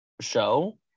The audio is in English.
show